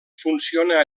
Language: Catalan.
funciona